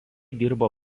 dirbo